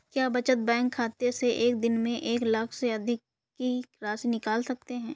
क्या बचत बैंक खाते से एक दिन में एक लाख से अधिक की राशि निकाल सकते हैं?